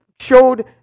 showed